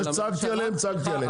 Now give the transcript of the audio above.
זה שצעקתי עליהן, צעקתי עליהן.